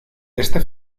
este